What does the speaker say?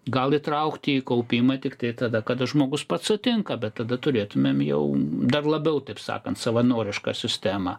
gal įtraukti į kaupimą tiktai tada kada žmogus pats sutinka bet tada turėtumėm jau dar labiau taip sakant savanorišką sistemą